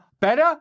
Better